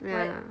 wait